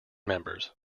members